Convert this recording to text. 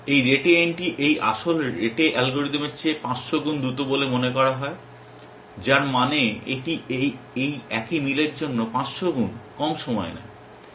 এই rete NT এই আসল rete অ্যালগরিদমের চেয়ে 500 গুণ দ্রুত বলে মনে করা হয় যার মানে এটি একই মিলের জন্য 500 গুণ কম সময় নেয়